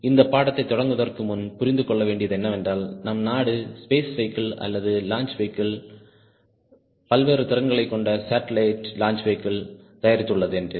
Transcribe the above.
நான் இந்த பாடத்தை தொடங்குவதற்கு முன் புரிந்து கொள்ளவேண்டியது என்னவென்றால் நம் நாடு ஸ்பெஸ் வெஹிகிள் அல்லது லான்ச் வெஹிகிள் பல்வேறு திறன்களைக் கொண்ட சாட்டிலைட் லான்ச் வெஹிகிள் தயாரித்துள்ளது என்று